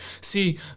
See